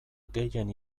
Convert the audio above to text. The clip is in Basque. gehien